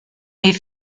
est